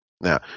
Now